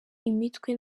imitwe